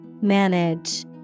Manage